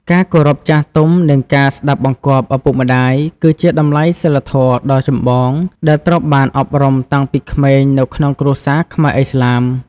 ការគោរពចាស់ទុំ និងការស្តាប់បង្គាប់ឪពុកម្តាយ គឺជាតម្លៃសីលធម៌ដ៏ចម្បងដែលត្រូវបានអប់រំតាំងពីក្មេងនៅក្នុងគ្រួសារខ្មែរឥស្លាម។